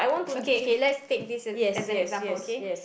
okay okay let's take this as an example okay